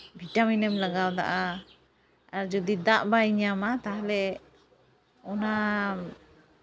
ᱵᱷᱤᱴᱟᱢᱤᱱᱮᱢ ᱞᱟᱜᱟᱣ ᱟᱫᱟ ᱟᱨ ᱡᱚᱫᱤ ᱫᱟᱜ ᱵᱟᱭ ᱧᱟᱢᱟ ᱛᱟᱦᱚᱞᱮ ᱚᱱᱟ